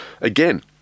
again